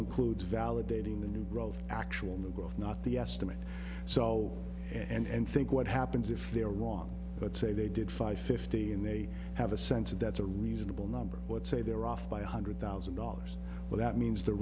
includes validating the new growth actual new growth not the estimate so and think what happens if they're wrong but say they did five fifty and they have a sense of that's a reasonable number but say they're off by one hundred thousand dollars so that means the